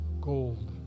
gold